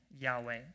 Yahweh